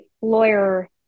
lawyer